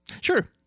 Sure